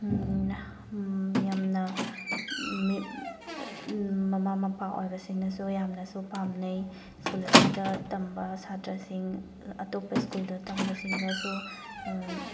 ꯌꯥꯝꯅ ꯃꯃꯥ ꯃꯄꯥ ꯑꯣꯏꯕꯁꯤꯡꯅꯁꯨ ꯌꯥꯝꯅꯁꯨ ꯄꯥꯝꯅꯩ ꯁ꯭ꯀꯨꯜ ꯑꯁꯤꯗ ꯇꯝꯕ ꯁꯥꯇ꯭ꯔꯁꯤꯡ ꯑꯇꯣꯞꯄ ꯁ꯭ꯀꯨꯜꯗ ꯇꯝꯕꯁꯤꯡꯒꯁꯨ